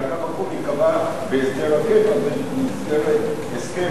אלא קו הגבול ייקבע בהסדר הקבע במסגרת הסכם